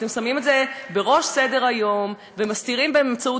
אתם שמים את זה בראש סדר-היום ומסתירים באמצעות